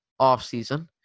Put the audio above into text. offseason